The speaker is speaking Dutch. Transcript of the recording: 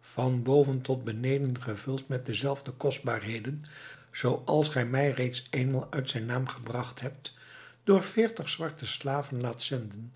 van boven tot beneden gevuld met dezelfde kostbaarheden zooals gij mij reeds eenmaal uit zijn naam gebracht hebt door veertig zwarte slaven laat zenden